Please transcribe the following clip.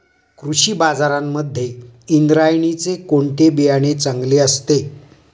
कृषी बाजारांमध्ये इंद्रायणीचे कोणते बियाणे चांगले असते?